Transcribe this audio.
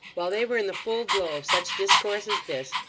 while they were in the full glow of such discourse as this,